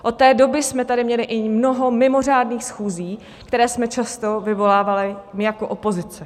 Od té doby jsme tady měli i mnoho mimořádných schůzí, které jsme často vyvolávali my jako opozice.